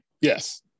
Yes